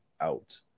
out